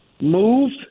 move